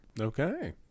Okay